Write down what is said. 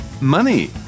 Money